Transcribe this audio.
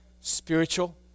spiritual